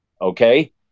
Okay